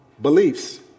beliefs